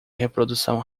reprodução